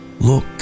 Look